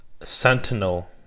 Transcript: Sentinel